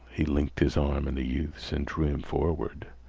he linked his arm in the youth's and drew him forward.